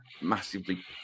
massively